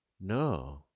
No